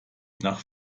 nach